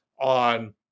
on